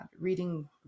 reading